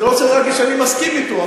אני לא רוצה להגיד שאני מסכים אתו,